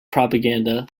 propaganda